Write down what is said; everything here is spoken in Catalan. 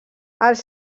els